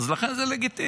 אז לכן לגיטימי.